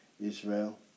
Israel